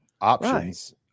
options